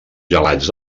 gelats